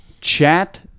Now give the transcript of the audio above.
Chat